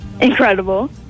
incredible